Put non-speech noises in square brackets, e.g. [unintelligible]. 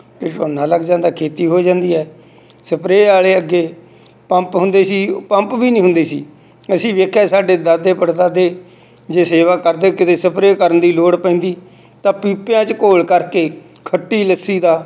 [unintelligible] ਝੋਨਾ ਲੱਗ ਜਾਂਦਾ ਖੇਤੀ ਹੋ ਜਾਂਦੀ ਹੈ ਸਪਰੇ ਵਾਲੇ ਅੱਗੇ ਪੰਪ ਹੁੰਦੇ ਸੀ ਪੰਪ ਵੀ ਨਹੀਂ ਹੁੰਦੇ ਸੀ ਅਸੀਂ ਵੇਖਿਆ ਸਾਡੇ ਦਾਦੇ ਪੜਦਾਦੇ ਜੇ ਸੇਵਾ ਕਰਦੇ ਕਿਤੇ ਸਪਰੇ ਕਰਨ ਦੀ ਲੋੜ ਪੈਂਦੀ ਤਾਂ ਪੀਪਿਆਂ 'ਚ ਘੋਲ ਕਰਕੇ ਖੱਟੀ ਲੱਸੀ ਦਾ